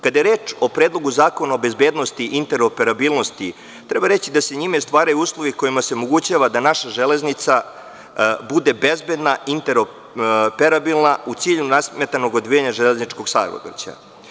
Kada je reč o Predlogu zakona o bezbednosti i interoperabilnosti, treba reći da se njime stvaraju uslovi kojima se omogućava da naša železnica bude bezbedna, interoperabilna, u cilju nesmetanog odvijanja železničkog saobraćaja.